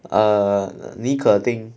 err 尼可丁